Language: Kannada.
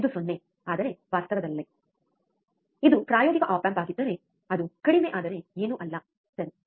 ಇದು 0 ಆದರೆ ವಾಸ್ತವದಲ್ಲಿ ಇದು ಪ್ರಾಯೋಗಿಕ ಆಪ್ ಆಂಪ್ ಆಗಿದ್ದರೆ ಅದು ಕಡಿಮೆ ಆದರೆ ಏನೂ ಅಲ್ಲ ಸರಿ